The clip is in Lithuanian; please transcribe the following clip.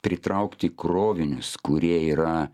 pritraukti krovinius kurie yra